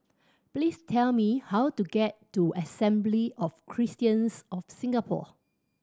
please tell me how to get to Assembly of Christians of Singapore